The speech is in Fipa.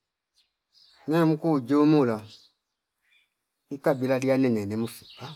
Namku jumula ikabila liya nene nemfipa